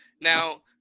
Now